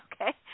Okay